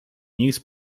news